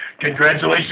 congratulations